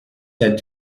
said